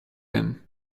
him